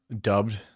dubbed